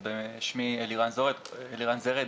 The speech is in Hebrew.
אז שמי אלירן זרד,